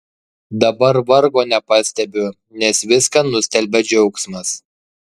dabar vargo nepastebiu nes viską nustelbia džiaugsmas